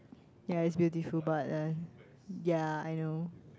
yeah it's beautiful but uh ya I know